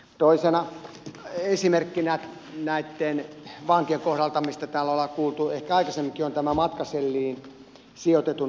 toisena esimerkkinä näitten vankien kohdalta mistä täällä ollaan kuultu ehkä aikaisemminkin on tämä matkaselliin sijoitetun vangin ulkoilun järjestäminen